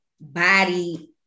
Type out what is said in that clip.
body